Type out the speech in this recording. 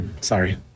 Sorry